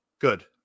Good